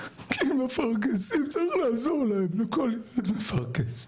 צריך לעזור לכל ילד מפרכס.